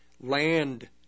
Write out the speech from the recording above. land